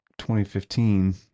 2015